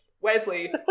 Wesley